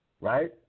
Right